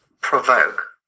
provoke